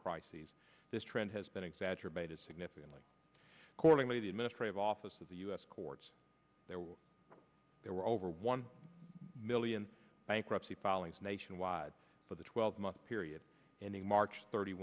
crises this trend has been exacerbated significantly accordingly the administrative office of the us courts there were there were over one million bankruptcy filings nationwide for the twelve month period ending march thirty